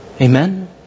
Amen